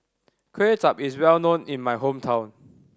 Kuay Chap is well known in my hometown